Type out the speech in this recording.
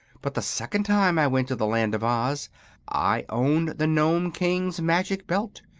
but the second time i went to the land of oz i owned the nome king's magic belt,